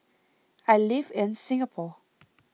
I live in Singapore